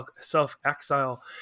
self-exile